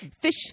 fish